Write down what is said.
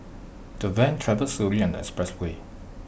the van travelled slowly on the expressway